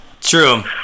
True